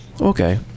Okay